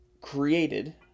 created